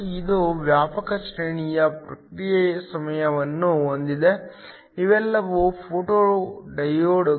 ಇದು ವ್ಯಾಪಕ ಶ್ರೇಣಿಯ ಪ್ರತಿಕ್ರಿಯೆ ಸಮಯವನ್ನು ಹೊಂದಿದೆ ಇವೆಲ್ಲವೂ ಫೋಟೋ ಡಯೋಡ್ಗಳು